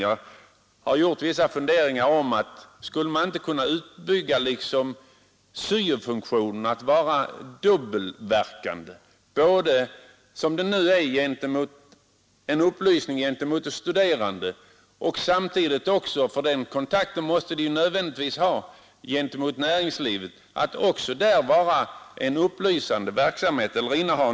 Jag har haft vissa funderingar på om man inte skulle kunna utvidga SYO-funktionen till att vara dubbelverkande, dvs. både som nu ge upplysning till de studerande och samtidigt bedriva upplysningsverksamhet gentemot näringslivet, för den kontakten måste ju vederbörande ändå ha.